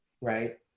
right